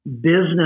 business